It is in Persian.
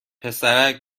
پسرک